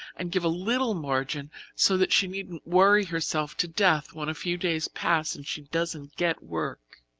and give a little margin so that she needn't worry herself to death when a few days pass and she doesn't get work.